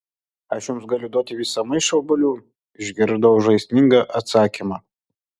aš jums galiu duoti visą maišą obuolių išgirdau žaismingą atsakymą